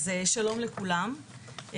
שלום לכולם,